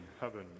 heaven